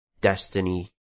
Destiny